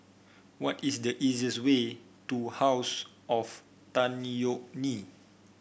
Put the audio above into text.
what is the easiest way to House of Tan Yeok Nee